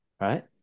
right